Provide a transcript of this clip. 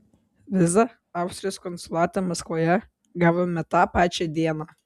vizą austrijos konsulate maskvoje gavome tą pačią dieną